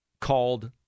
called